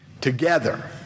together